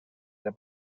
der